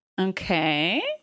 Okay